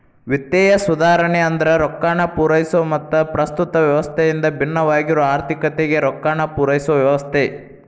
ವಿತ್ತೇಯ ಸುಧಾರಣೆ ಅಂದ್ರ ರೊಕ್ಕಾನ ಪೂರೈಸೊ ಮತ್ತ ಪ್ರಸ್ತುತ ವ್ಯವಸ್ಥೆಯಿಂದ ಭಿನ್ನವಾಗಿರೊ ಆರ್ಥಿಕತೆಗೆ ರೊಕ್ಕಾನ ಪೂರೈಸೊ ವ್ಯವಸ್ಥೆ